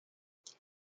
six